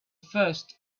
first